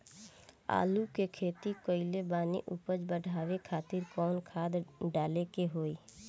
आलू के खेती कइले बानी उपज बढ़ावे खातिर कवन खाद डाले के होई?